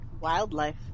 Wildlife